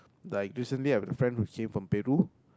like recently I have a friend who came from Peru